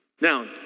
Now